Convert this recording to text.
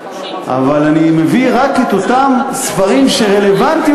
אבל אני מביא רק את אותם ספרים שרלוונטיים